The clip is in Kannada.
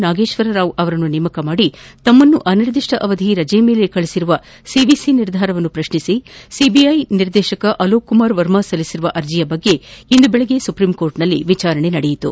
ನಾಗೇಶ್ವರ ರಾವ್ ಅವರನ್ನು ನೇಮಕ ಮಾಡಿ ತಮ್ಮನ್ನು ಅನಿರ್ದಿಷ್ಟಾವಧಿ ರಜೆ ಮೇಲೆ ಕಳುಹಿಸಿರುವ ಸಿವಿಸಿ ನಿರ್ಧಾರವನ್ನು ಪ್ರಶ್ನಿಸಿ ಸಿಬಿಐ ನಿರ್ದೇಶಕ ಅಲೋಕ್ ಕುಮಾರ್ ವರ್ಮ ಸಲ್ಲಿಸಿರುವ ಅರ್ಜಿಯ ಬಗ್ಗೆ ಇಂದು ಬೆಳಗ್ಗೆ ಸುಪ್ರೀಂಕೋರ್ಟ್ನಲ್ಲಿ ವಿಚಾರಣೆ ನಡೆಯಿತು